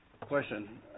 Question